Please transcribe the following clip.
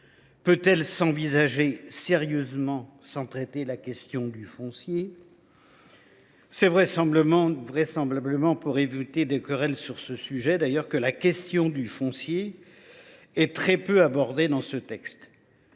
peut elle s’envisager sérieusement sans traiter la question du foncier ? C’est vraisemblablement pour éviter des querelles sur ce sujet que la question du foncier est très peu abordée dans ce texte.